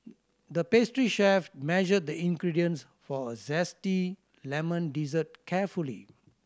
the pastry chef measured the ingredients for a zesty lemon dessert carefully